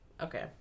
Okay